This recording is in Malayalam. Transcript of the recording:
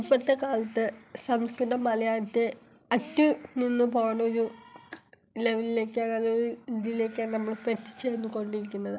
ഇപ്പത്തെ കാലത്ത് സംസ്കൃതം മലയാളത്തെ അറ്റ് നിന്ന് പോകുന്ന ഒരു ലഘു രേഖകൾ ഇന്ത്യയിലേക്ക് നമ്മളിപ്പം എത്തിച്ചേർന്നു കൊണ്ടിരിക്കുന്നത്